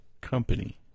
Company